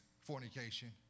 fornication